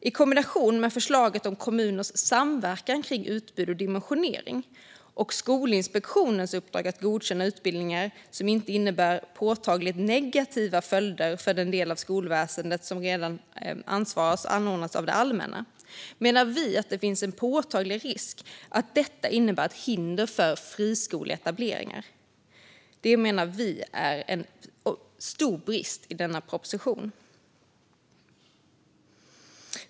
I kombination med förslaget om kommuners samverkan kring utbud och dimensionering samt Skolinspektionens uppdrag att godkänna utbildningar som inte innebär påtagligt negativa följder för den del av skolväsendet som anordnas av det allmänna finns det, menar vi, en påtaglig risk att detta innebär ett hinder för friskoleetableringar. Vi menar att det är en stor brist i denna proposition.